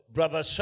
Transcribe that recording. Brother